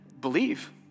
believe